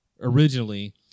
originally